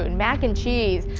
ah and mac and cheese.